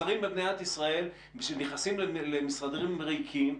שרים במדינת ישראל נכנסים למשרדים ריקים,